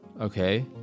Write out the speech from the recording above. okay